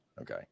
Okay